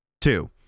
Two